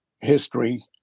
history